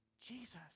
Jesus